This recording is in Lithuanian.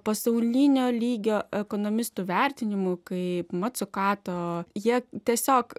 pasaulinio lygio ekonomistų vertinimų kaip mat sukato jie tiesiog